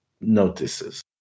notices